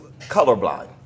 colorblind